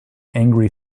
angry